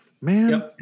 man